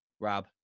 Rob